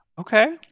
Okay